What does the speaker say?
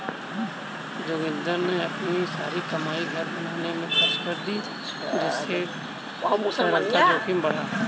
जोगिंदर ने अपनी सारी कमाई घर बनाने में खर्च कर दी जिससे तरलता जोखिम बढ़ा